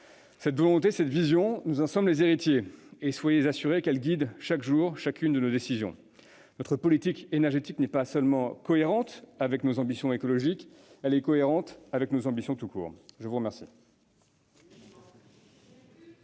Cette volonté, cette vision, nous en sommes les héritiers. Soyez assurés qu'elle guide, chaque jour, chacune de nos décisions. Notre politique énergétique n'est pas seulement cohérente avec nos ambitions écologiques ; elle est cohérente avec nos ambitions tout court. Et Hercule